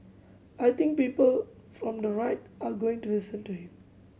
I think people from the right are going to listen to him